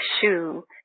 shoe